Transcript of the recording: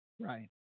Right